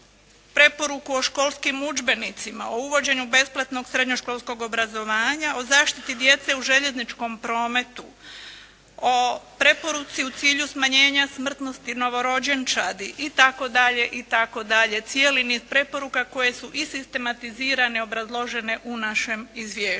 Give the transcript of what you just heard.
preporuku o školskim udžbenicima, o uvođenju besplatnog srednjoškolskog obrazovanja, o zaštiti djece u željezničkog prometu, o preporuci u cilju smanjenja smrtnosti novorođenčadi itd., itd., cijeli niz preporuka koje su i sistematizirane, obrazložene u našem izvješću.